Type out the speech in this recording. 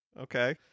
Okay